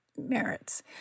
merits